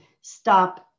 stop